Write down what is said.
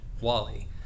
Wally